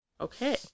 Okay